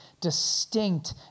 distinct